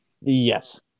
Yes